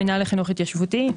המינהל לחינוך התיישבותי,